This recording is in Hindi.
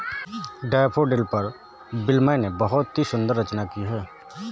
डैफ़ोडिल पर विलियम ने बहुत ही सुंदर रचना की है